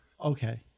Okay